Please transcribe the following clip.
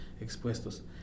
expuestos